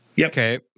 Okay